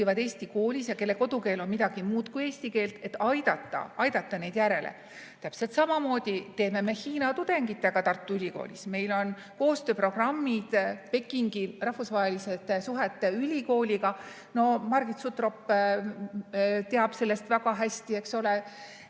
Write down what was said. eesti koolis ja kelle kodukeel on midagi muud kui eesti keel, et aidata neid järele. Täpselt samamoodi teeme me Hiina tudengitega Tartu Ülikoolis. Meil on koostööprogrammid Pekingi rahvusvaheliste suhete ülikooliga. No Margit Sutrop teab sellest väga hästi, eks ole.